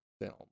film